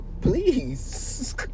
Please